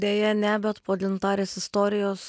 deja ne bet po gintarės istorijos